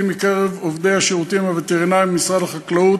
מקרב עובדי השירותים הווטרינריים במשרד החקלאות.